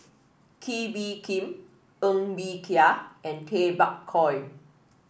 Kee Bee Khim Ng Bee Kia and Tay Bak Koi